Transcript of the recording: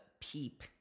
peep